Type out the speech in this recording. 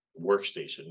workstation